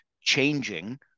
changing